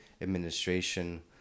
administration